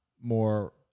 more